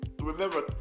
remember